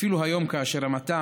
אפילו היום, כאשר מועצת התכנון